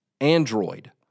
Android